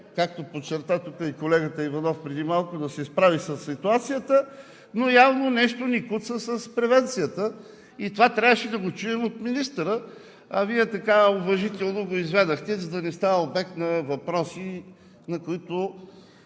както подчерта тук и колегата Иванов преди малко, да се справи със ситуацията, но явно нещо ни куца с превенцията и това трябваше да го чуем от министъра, а Вие така уважително го изведохте, за да не става обект на въпроси, на които